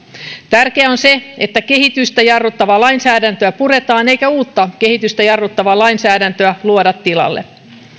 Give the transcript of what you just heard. tärkeää on se että kehitystä jarruttavaa lainsäädäntöä puretaan eikä uutta kehitystä jarruttavaa lainsäädäntöä luoda tilalle